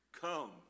Come